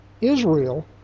Israel